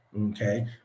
okay